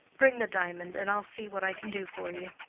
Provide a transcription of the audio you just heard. bring the diamond, and i'll see what i can do for you.